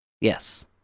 Yes